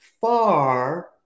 far